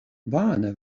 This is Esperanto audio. vane